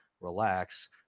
relax